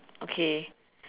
okay